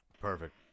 Perfect